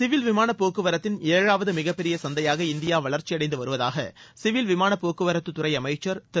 civil விமானப் போக்குவரத்தின் ஏழாவது மிகப்பெரிய சந்தையாக இந்தியா வளர்ச்சியடைந்து வருவதாக சிவில் விமானப் போக்குவரத்துத்துறை அமைச்சர் திரு